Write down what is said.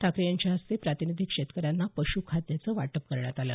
ठाकरे यांच्या हस्ते प्रातिनिधिक शेतकऱ्यांना पश् खाद्य वाटप करण्यात आलं